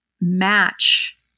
match